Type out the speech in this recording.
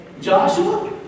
Joshua